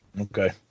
Okay